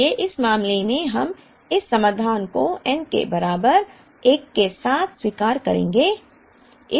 इसलिए इस मामले में हम इस समाधान को n के बराबर 1 के साथ स्वीकार करेंगे